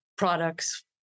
products